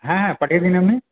হ্যাঁ হ্যাঁ পাঠিয়ে দিন আপনি